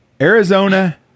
Arizona